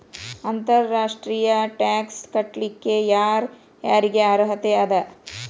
ಅಂತರ್ ರಾಷ್ಟ್ರೇಯ ಟ್ಯಾಕ್ಸ್ ಕಟ್ಲಿಕ್ಕೆ ಯರ್ ಯಾರಿಗ್ ಅರ್ಹತೆ ಅದ?